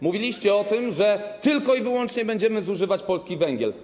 Mówiliście o tym, że tylko i wyłącznie będziemy zużywać polski węgiel.